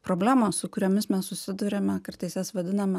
problemos su kuriomis mes susiduriame kartais jas vadiname